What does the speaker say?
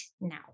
now